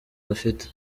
bafite